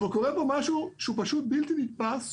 אבל קורה כאן משהו שהוא פשוט בלתי נתפס